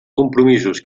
compromisos